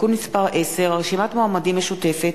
(תיקון מס' 10) (רשימת מועמדים משותפת),